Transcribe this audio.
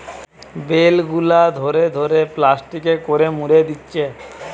bell গুলা ধরে ধরে প্লাস্টিকে করে মুড়ে দিচ্ছে